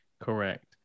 correct